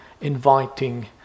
inviting